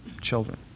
children